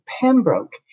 Pembroke